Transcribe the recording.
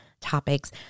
topics